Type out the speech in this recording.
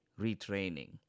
retraining